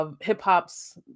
hip-hop's